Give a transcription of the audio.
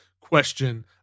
question